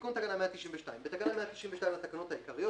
תיקון תקנה 192 בתקנה 192 לתקנות העיקריות,